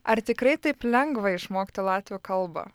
ar tikrai taip lengva išmokti latvių kalbą